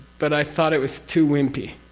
but i thought it was too wimpy.